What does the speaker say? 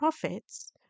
profits